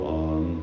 on